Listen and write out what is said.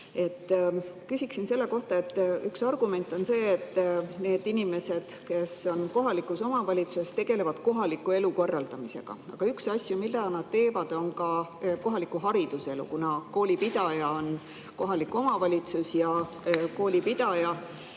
Küsiksin selle kohta, et üks argument on see, et need inimesed, kes on kohalikus omavalitsuses, tegelevad kohaliku elu korraldamisega, ja üks asi, millega nad tegelevad, on ka kohalik hariduselu, kuna koolipidaja on kohalik omavalitsus. Koolipidajal